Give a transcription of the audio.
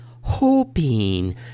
hoping